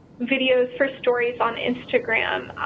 videos for stories on instagram?